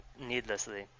needlessly